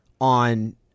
on